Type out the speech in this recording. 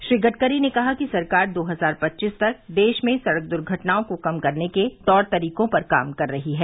श्री गडकरी ने कहा कि सरकार दो हजार पच्चीस तक देश में सड़क द्र्घटनाओं को कम करने के तौर तरीकों पर काम कर रही है